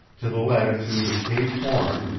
to the latitude of cape horn,